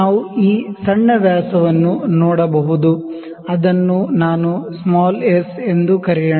ನಾವು ಈ ಸಣ್ಣ ವ್ಯಾಸವನ್ನು ನೋಡಬಹುದು ಅದನ್ನು ನಾನು s ಎಂದು ಕರೆಯೋಣ